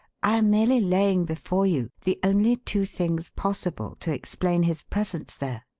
i am merely laying before you the only two things possible to explain his presence there.